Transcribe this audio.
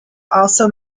also